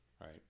Right